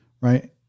right